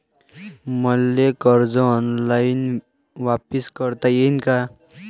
मले कर्ज ऑनलाईन वापिस करता येईन का?